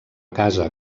casa